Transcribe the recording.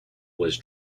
was